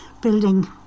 building